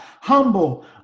humble